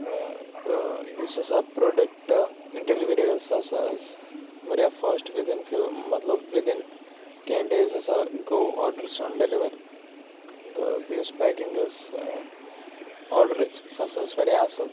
تہٕ یُس ہَسا پروڈَکٹ ڈیٚلِوری ٲس سۄ ہَسا ٲس واریاہ فاسٹ وِدِن فِو مَطلَب وِدِن کینٛہہ ڈیز ہَسا گوٚو آرڈَر سون ڈیٚلِوَر تہٕ بیٚیہِ یُس پیکِنٛگ ٲس آرڈرٕچ سۄ ہَسا ٲس واریاہ اصل